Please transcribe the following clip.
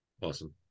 awesome